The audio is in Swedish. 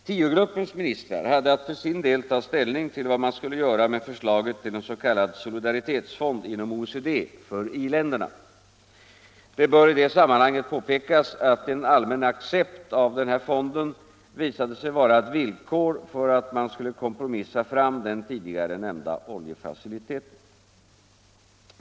Tiogruppens ministrar hade att för sin del ta ställning till vad man skulle göra med förslaget till en s.k. solidaritetsfond inom OECD för i-länderna. Det bör i detta sammanhang påpekas att en allmän accept av denna fond visade sig vara ett villkor för att man skulle kompromissa fram den tidigare nämnda oljefaciliteten.